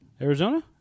Arizona